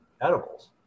edibles